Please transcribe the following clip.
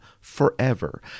forever